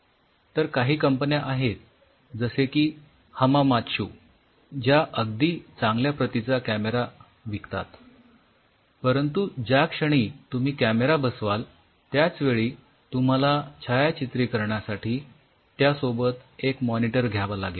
तर काही कंपन्या आहेत जसे की हमामातशू ज्या अगदी चांगल्या प्रतीचा कॅमेरा विकतात परंतु ज्या क्षणी तुम्ही कॅमेरा बसवाल त्याचवेळी तुम्हाला छायाचित्रीकरणासाठी त्यासोबत एक मॉनिटर घ्यावा लागेल